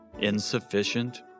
insufficient